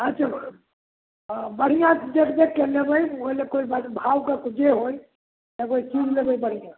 आँ बढ़िआँसँ देख देखके लेबै ओइ लए कोइ भावके जे होइ लेबै चीज लेबै बढ़िआँ